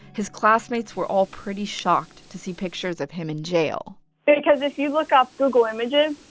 his classmates were all pretty shocked to see pictures of him in jail because if you look up google images,